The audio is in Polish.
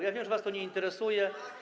Ja wiem, że was to nie interesuje.